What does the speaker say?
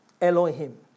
Elohim